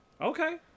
Okay